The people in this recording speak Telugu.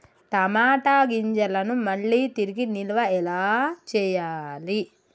టమాట గింజలను మళ్ళీ తిరిగి నిల్వ ఎలా చేయాలి?